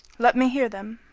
let me hear them,